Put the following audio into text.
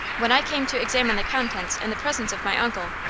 when i came to examine the contents in the presence of my uncle,